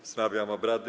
Wznawiam obrady.